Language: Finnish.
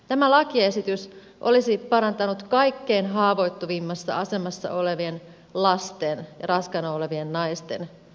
tämä lakiesitys olisi parantanut kaikkein haavoittuvimmassa asemassa olevien lasten ja raskaana olevien naisten asemaa